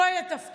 לא היה תפקיד,